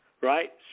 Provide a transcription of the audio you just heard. right